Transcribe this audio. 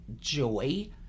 joy